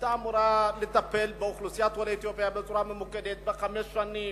שהיתה אמורה לטפל באוכלוסיית עולי אתיופיה בצורה ממוקדת בחמש שנים,